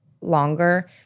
longer